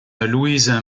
louise